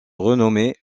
renommé